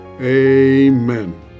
amen